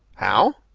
how?